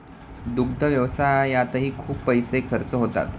दुग्ध व्यवसायातही खूप पैसे खर्च होतात